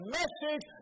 message